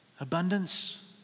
Abundance